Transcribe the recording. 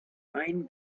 ein